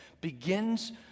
begins